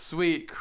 Sweet